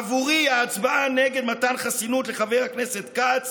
עבורי ההצבעה נגד מתן חסינות לחבר הכנסת כץ